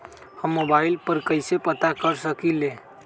हम मोबाइल पर कईसे पता कर सकींले?